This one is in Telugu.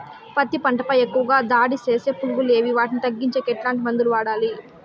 పత్తి పంట పై ఎక్కువగా దాడి సేసే పులుగులు ఏవి వాటిని తగ్గించేకి ఎట్లాంటి మందులు వాడాలి?